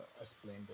explain